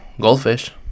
goldfish